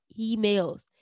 emails